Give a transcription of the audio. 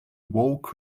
woke